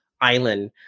island